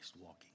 walking